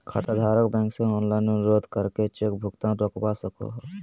खाताधारक बैंक से ऑनलाइन अनुरोध करके चेक भुगतान रोकवा सको हय